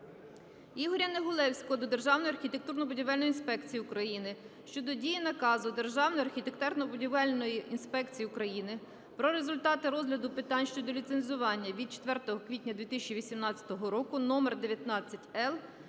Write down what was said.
Ігоря Негулевського до Державної архітектурно-будівельної інспекції України щодо дії наказу Державної архітектурно-будівельної інспекції України "Про результати розгляду питань щодо ліцензування" від 4 квітня 2018 року №19-Л